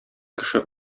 кеше